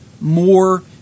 more